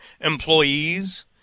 employees